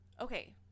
okay